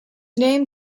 name